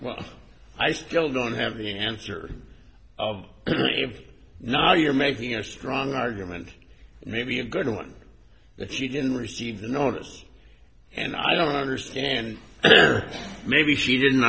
well i still don't have the answer now you're making a strong argument maybe a good one that she didn't receive the notice and i don't understand there maybe she didn't